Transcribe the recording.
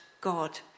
God